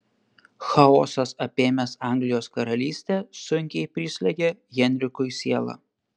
chaosas apėmęs anglijos karalystę sunkiai prislegia henrikui sielą